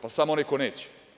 Samo onaj ko neće.